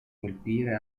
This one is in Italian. colpire